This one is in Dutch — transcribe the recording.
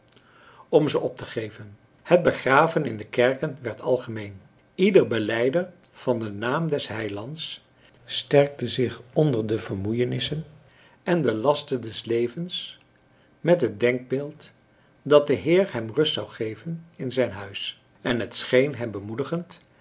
om ze op te geven het begraven in de kerken werd algemeen ieder belijder van den naam des heilands sterkte zich onder de vermoeienissen en de lasten des levens met het denkbeeld dat de heer hem rust zou geven in zijn huis en het scheen hem bemoedigend